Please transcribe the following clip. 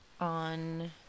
on